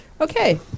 Okay